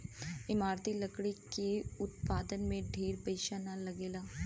इमारती लकड़ी के उत्पादन में ढेर पईसा ना लगेला